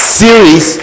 series